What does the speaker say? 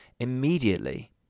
immediately